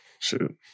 shoot